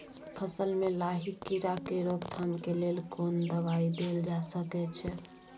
फसल में लाही कीरा के रोकथाम के लेल कोन दवाई देल जा सके छै?